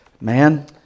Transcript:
man